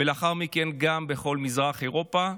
ולאחר מכן בכל מזרח אירופה.